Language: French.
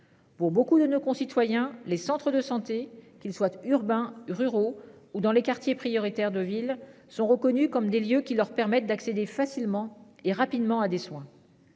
Pour beaucoup de nos concitoyens, les centres de santé qu'il soit urbains ruraux ou dans les quartiers prioritaires de villes sont reconnues comme des lieux qui leur permettent d'accéder facilement et rapidement à des soins.